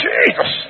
Jesus